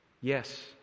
yes